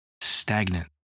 stagnant